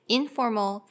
Informal